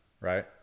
Right